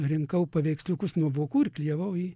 rinkau paveiksliukus nuo vokų ir klijavau jį